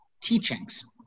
teachings